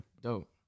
Dope